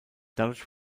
dadurch